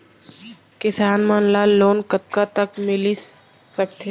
किसान मन ला लोन कतका तक मिलिस सकथे?